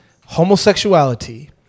homosexuality